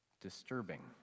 disturbing